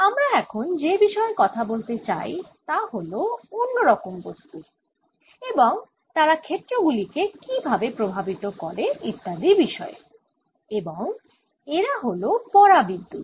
আমরা এখন যে বিষয়ে কথা বলতে চাই তা হল অন্য রকম বস্তুর এবং তারা ক্ষেত্রগুলিকে কীভাবে প্রভাবিত করে ইত্যাদি বিষয়ে এবং এরা হল পরাবিদ্যুত